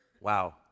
Wow